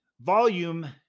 volume